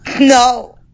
No